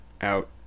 out